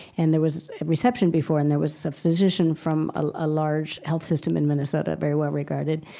and there was a reception before, and there was a physician from a large health system in minnesota, very well-regarded,